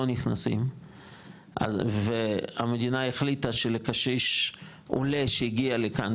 נכנסים והמדינה החליטה שלקשיש עולה שהגיע לכאן,